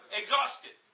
exhausted